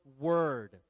word